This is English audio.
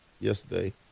yesterday